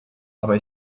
aber